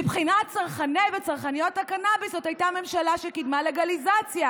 מבחינת צרכני וצרכניות הקנביס זו הייתה ממשלה שקידמה לגליזציה,